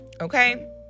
Okay